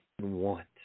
want